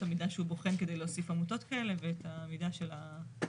המידה שהוא בוחן כדי להוסיף עמותות כאלה ואת המידה של העמותה.